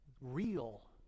Real